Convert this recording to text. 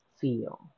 feel